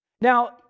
Now